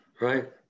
right